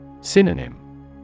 Synonym